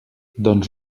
doncs